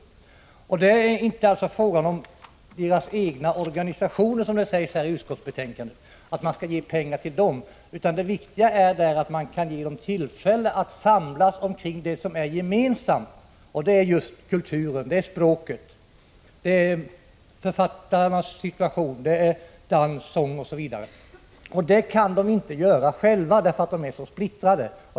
Det är inte fråga om att man skall ge pengar till deras egna organisationer, som det sägs här i utskottsbetänkandet, utan det viktiga är att man kan ge kurderna tillfälle att samlas kring det som är gemensamt — kulturen, språket, författarnas situation, dans, sång osv. Det kan inte kurderna åstadkomma själva, eftersom de är så splittrade.